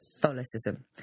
Catholicism